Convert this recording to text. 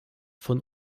von